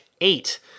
eight